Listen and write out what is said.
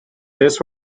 this